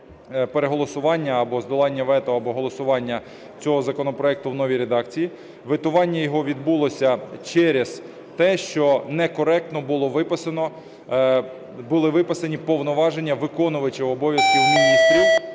переголосування або подолання вето, або голосування цього законопроекту в новій редакції. Ветування його відбулося через те, що некоректно були виписані повноваження виконувачів обов'язків міністрів